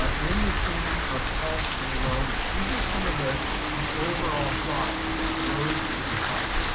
um in the theme of health and wellness, these were some of the the overall thoughts that rose to the top.